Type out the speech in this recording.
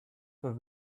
that